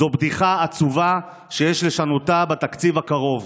זו בדיחה עצובה, ויש לשנותה בתקציב הקרוב.